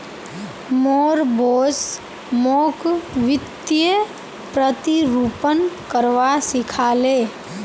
मोर बॉस मोक वित्तीय प्रतिरूपण करवा सिखा ले